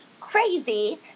crazy